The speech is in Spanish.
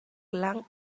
clan